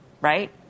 right